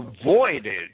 avoided